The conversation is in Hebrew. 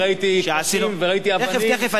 תיכף, תיכף, אני אבוא למה שקרה.